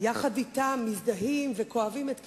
יחד אתם, מזדהים וכואבים את כאבם,